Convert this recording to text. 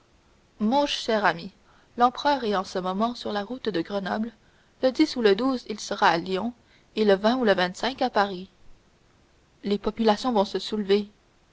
mon cher ami l'empereur est en ce moment sur la route de grenoble le ou le il sera à lyon et le vent ou le à paris les populations vont se soulever